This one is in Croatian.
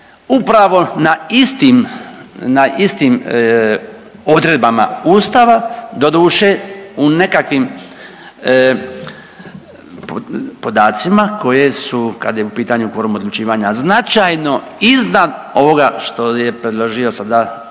istim, na istim odredbama Ustava doduše u nekakvim podacima koje su kad je u pitanju kvorum odlučivanja značajno iznad ovoga što je predložio sada